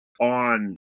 on